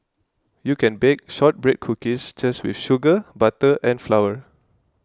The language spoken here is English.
you can bake Shortbread Cookies just with sugar butter and flour